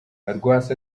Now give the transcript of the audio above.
rwasa